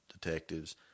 detectives